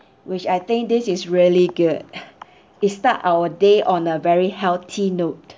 which I think this is really good it start our day on a very healthy note